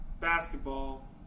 basketball